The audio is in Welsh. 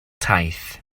taith